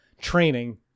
training